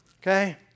Okay